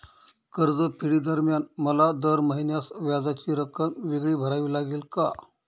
कर्जफेडीदरम्यान मला दर महिन्यास व्याजाची रक्कम वेगळी भरावी लागेल का?